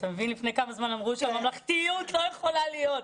לפני כמה זמן אמרו שהממלכתיות לא יכולה להיות.